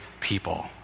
people